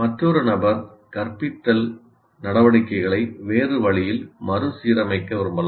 மற்றொரு நபர் கற்பித்தல் நடவடிக்கைகளை வேறு வழியில் மறுசீரமைக்க விரும்பலாம்